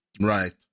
Right